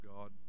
God